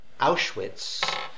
Auschwitz